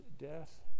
death